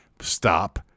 stop